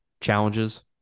challenges